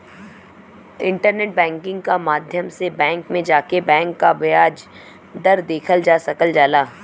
internet banking क माध्यम से बैंक में जाके बैंक क ब्याज दर देखल जा सकल जाला